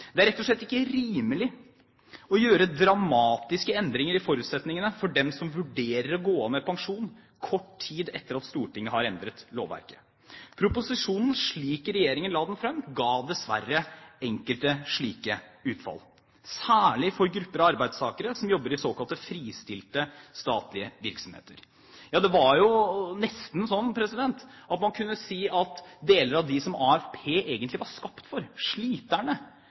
Det er rett og slett ikke rimelig å gjøre dramatiske endringer i forutsetningene for dem som vurderer å gå av med pensjon kort tid etter at Stortinget har endret lovverket. Proposisjonen, slik regjeringen la den fram, ga dessverre enkelte slike utslag, særlig for grupper av arbeidstakere som jobber i såkalte fristilte statlige virksomheter. Det var nesten sånn at man kunne si at de som AFP egentlig var skapt for, sliterne,